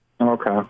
Okay